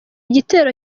gitero